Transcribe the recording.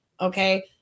okay